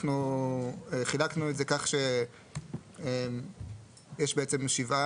אנחנו חילקנו את זה כך שיש בעצם ישיבה